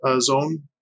zone